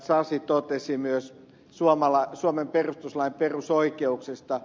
sasi totesi suomen perustuslain perusoikeuksista